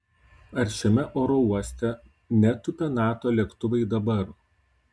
ar šiame oro uoste netūpia nato lėktuvai dabar